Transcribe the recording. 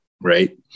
Right